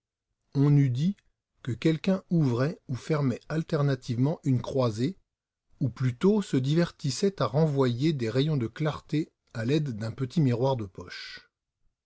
on eût dit que quelqu'un ouvrait ou fermait alternativement une croisée ou plutôt se divertissait à renvoyer des rayons de clarté à l'aide d'un petit miroir de poche